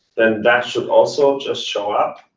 then that should also just show up.